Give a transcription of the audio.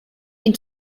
been